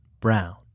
Brown